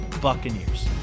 Buccaneers